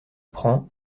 prend